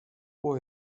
było